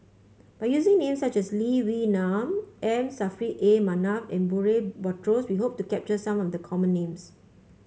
by using names such as Lee Wee Nam M Saffri A Manaf and Murray Buttrose we hope to capture some of the common names